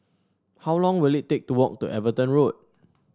how long will it take to walk to Everton Road